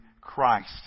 Christ